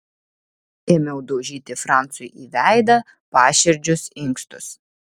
ėmiau daužyti francui į veidą paširdžius inkstus